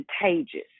contagious